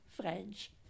French